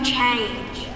change